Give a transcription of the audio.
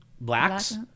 Blacks